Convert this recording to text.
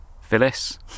Phyllis